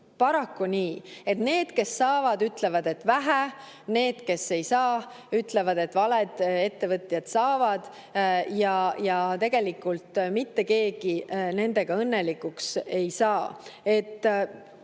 paraku nii, et need, kes saavad, ütlevad, et vähe, need, kes ei saa, ütlevad, et valed ettevõtjad saavad, ja tegelikult mitte keegi nendega õnnelikuks ei saa.